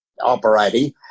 operating